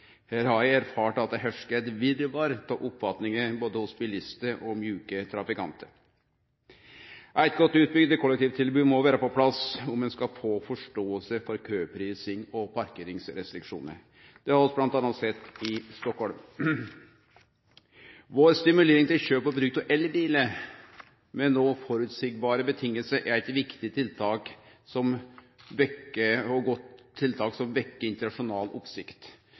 har eg erfart at det herskar eit virvar av oppfatningar både hos bilistar og mjuke trafikantar. Eit godt utbygd kollektivtilbod må vere på plass om ein skal få forståing for køprising og parkeringsrestriksjonar. Det har vi bl.a. sett i Stockholm. Vår stimulering til kjøp og bruk av elbilar, med no føreseielege vilkår, er eit viktig og godt tiltak som vekkjer internasjonal oppsikt.